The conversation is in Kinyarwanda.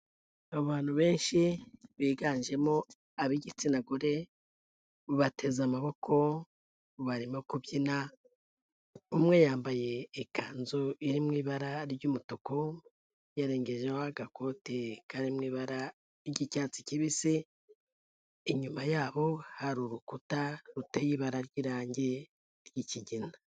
Abantu benshi biganjemo ab'igitsina gore, bateze amaboko, barimo kubyina, umwe yambaye ikanzu iri mu ibara ry'umutuku, yarengejeho agakote kari mu ibara ry'icyatsi kibisi, inyuma yabo hari urukuta ruteye ibara ry'irangi ry'ikigina.